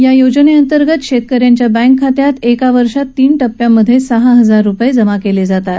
या योजनेअंतर्गत शेतकऱ्यांच्या बँक खात्यात एका वर्षात तीन टप्प्यांमध्ये सहा हजार रुपये जमा केले जातात